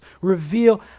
Reveal